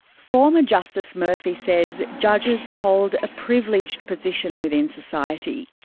former justice murphy says judges hold a privileged position within society.